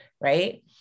right